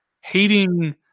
hating